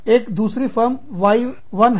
एक दूसरी firm Y1 है